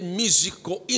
musical